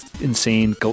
insane